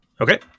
Okay